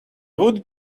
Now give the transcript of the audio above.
would